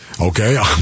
Okay